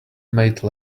made